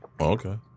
Okay